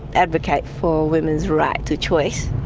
advocate for women's right to choice.